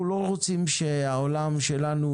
אנחנו לא רוצים שהעולם שלנו